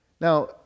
Now